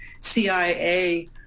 CIA